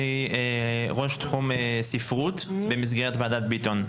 אני ראש ספרות במסגרת ועדת ביטון.